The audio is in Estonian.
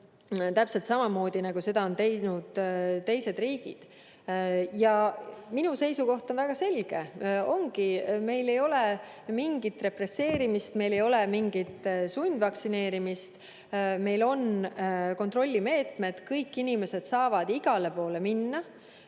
Täpselt samamoodi on see teistes riikides. Ja minu seisukoht on väga selge: meil ei ole mingit represseerimist, meil ei ole mingit sundvaktsineerimist. Meil on kontrollimeetmed, kõik inimesed saavad igale poole minna.